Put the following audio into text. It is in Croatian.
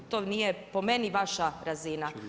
To nije po meni vaša razina.